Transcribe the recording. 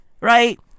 Right